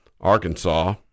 Arkansas